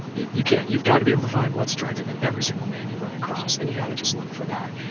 you can't. you've got to be able to find what's attractive in every single man you run across. and you've got to just look for that.